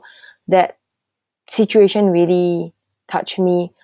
that situation really touch me